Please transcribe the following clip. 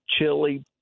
chili